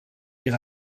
ihre